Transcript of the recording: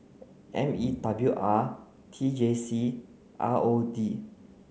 M E W R T J C and R O D